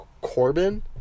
corbin